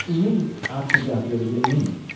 many options out there to get many.